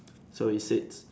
so it said